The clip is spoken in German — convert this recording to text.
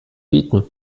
bieten